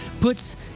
puts